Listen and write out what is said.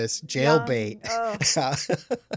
jailbait